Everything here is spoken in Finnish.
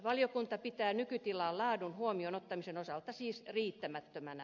valiokunta pitää nykytilaa laadun huomioon ottamisen osalta siis riittämättömänä